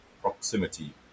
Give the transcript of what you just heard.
proximity